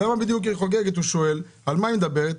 הוא שואל, על מה היא מדברת?